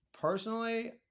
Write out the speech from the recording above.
Personally